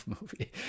movie